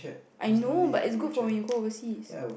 I know but it's good for when you go overseas